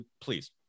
please